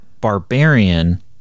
Barbarian